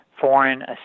foreign